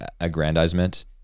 aggrandizement